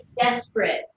desperate